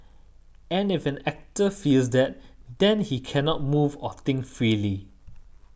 and if an actor feels that then he cannot move or think freely